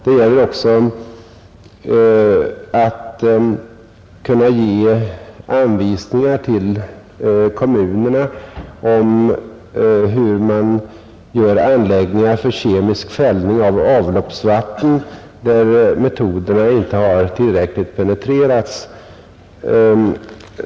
Det gäller också att kunna ge anvisningar till kommunerna om hur man gör anläggningar för kemisk fällning av avloppsvatten, där metoderna inte har tillräckligt penetrerats.